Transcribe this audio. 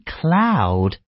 cloud